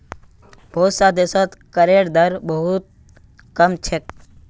बहुत स देशत करेर दर बहु त कम छेक